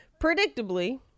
predictably